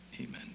amen